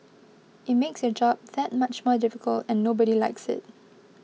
it makes your job that much more difficult and nobody likes it